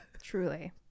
truly